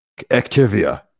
Activia